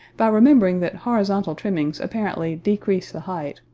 by remembering that horizontal trimmings apparently decrease the height,